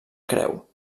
creu